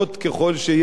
ככל שיש,